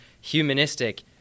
humanistic